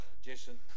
Jason